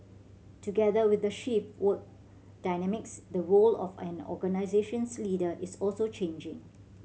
together with the shift work dynamics the role of an organisation's leader is also changing